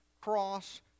cross